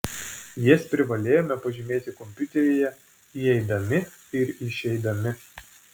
jas privalėjome pažymėti kompiuteryje įeidami ir išeidami